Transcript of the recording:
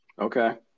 Okay